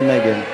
מי נגד?